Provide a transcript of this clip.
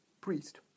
priest